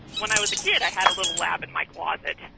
when i was a kid i had a little lab in my closet,